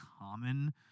common